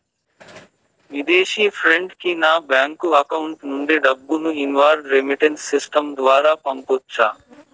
విదేశీ ఫ్రెండ్ కి నా బ్యాంకు అకౌంట్ నుండి డబ్బును ఇన్వార్డ్ రెమిట్టెన్స్ సిస్టం ద్వారా పంపొచ్చా?